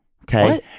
okay